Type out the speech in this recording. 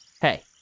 Hey